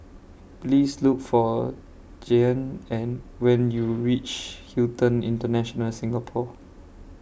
Please Look For Jeanne and when YOU REACH Hilton International Singapore